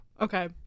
Okay